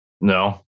No